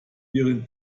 ihren